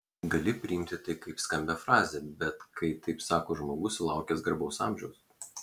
gali priimti tai kaip skambią frazę bet kai taip sako žmogus sulaukęs garbaus amžiaus